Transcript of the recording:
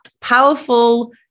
powerful